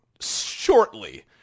shortly